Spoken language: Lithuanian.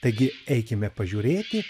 taigi eikime pažiūrėti